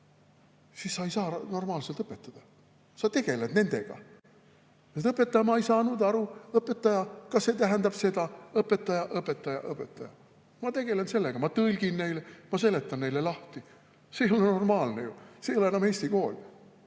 siis sa ei saa normaalselt õpetada. Sa tegeled nendega. "Õpetaja, ma ei saanud aru! Õpetaja, kas see tähendab seda? Õpetaja, õpetaja, õpetaja!" Ma tegelen nendega, ma tõlgin neile, ma seletan neile lahti. See ei ole ju normaalne, see ei ole enam eesti kool.